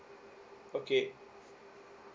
okay